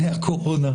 ודמוקרטיה.